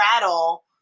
rattle